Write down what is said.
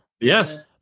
yes